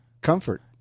comfort